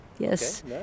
yes